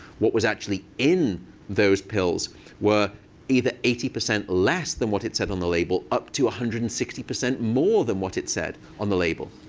what was actually in those pills were either eighty percent less than what it said on the label up to one hundred and sixty percent more than what it said on the label.